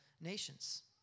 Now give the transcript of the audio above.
nations